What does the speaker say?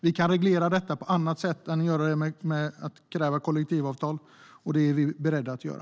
Vi kan reglera detta på annat sätt än genom att kräva kollektivavtal, och det är vi beredda att göra.